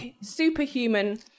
superhuman